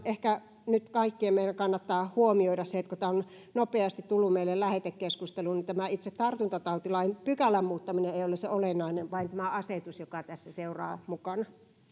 ehkä nyt kaikkien meidän kannattaa huomioida se että kun tämä on nopeasti tullut meille lähetekeskusteluun niin tämä itse tartuntatautilain pykälän muuttaminen ei ole se olennainen vaan tämä asetus joka tässä seuraa mukana